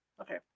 Okay